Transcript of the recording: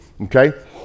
okay